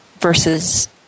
versus